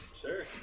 Sure